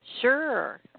Sure